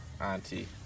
Auntie